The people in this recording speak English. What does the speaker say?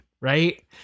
right